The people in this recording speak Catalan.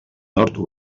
nord